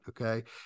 Okay